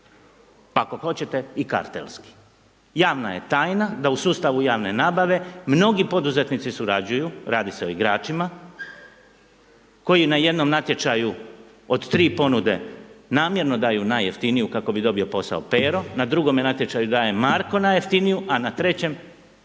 pa ako hoćete i kartelski. Javna j tajna da u sustavnu javne nabave mnogi poduzetnici surađuju, radi se o igračima koji na jednom natječaju od tri ponude namjerno daju najjeftiniju kako bi dobio posao Pero, na drugom nje natječaju Marko najjeftiniju a na trećem